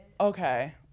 Okay